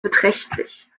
beträchtlich